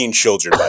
children